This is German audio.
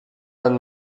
man